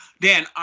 Dan